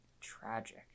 Tragic